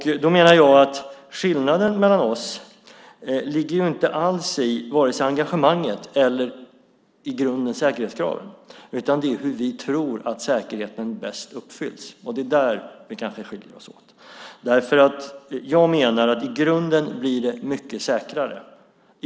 Jag menar att skillnaden mellan oss inte ligger i vare sig engagemanget eller vad gäller säkerhetskraven i grunden, utan i hur vi tror att säkerheten bäst uppfylls. Där skiljer vi oss kanske åt. I grunden blir det mycket säkrare, menar jag.